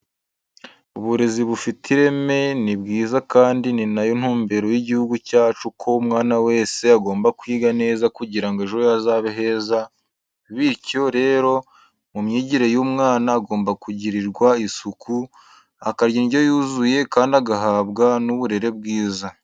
Uburezi bufite ireme ni bwiza kandi ni na yo ntumbero y'igihugu cyacu ko umwana wese agomba kwiga neza kugira ngo ejo hazaza he hazabe heza, bityo rero mu myigire y'umwana agomba kugirirwa isuku, akarya indyo yuzuye kandi agahabwa n'uburere bwiza.